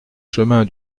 chemin